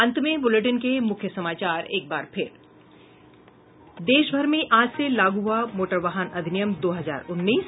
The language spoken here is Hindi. और अब अंत में मुख्य समाचार देशभर में आज से लागू हुआ मोटर वाहन अधिनियम दो हजार उन्नीस